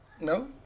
No